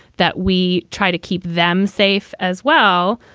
that we try to keep them safe as well.